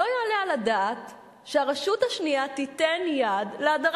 לא יעלה על הדעת שהרשות השנייה תיתן יד להדרת